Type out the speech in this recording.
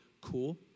cool